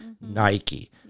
Nike